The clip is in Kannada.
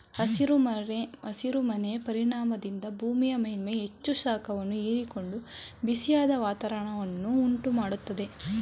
ಹಸಿರು ಮನೆ ಪರಿಣಾಮದಿಂದ ಭೂಮಿಯ ಮೇಲ್ಮೈ ಹೆಚ್ಚು ಶಾಖವನ್ನು ಹೀರಿಕೊಂಡು ಬಿಸಿಯಾದ ವಾತಾವರಣವನ್ನು ಉಂಟು ಮಾಡತ್ತದೆ